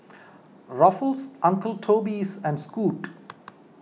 Ruffles Uncle Toby's and Scoot